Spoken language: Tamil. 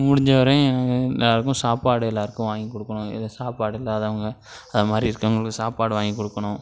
முடிஞ்ச வரையும் எல்லாருக்கும் சாப்பாடு எல்லாருக்கும் வாங்கிக் கொடுக்கணும் எ சாப்பாடு இல்லாதவங்க அதை மாதிரி இருக்கிறவங்களுக்கு சாப்பாடு வாங்கிக் கொடுக்கணும்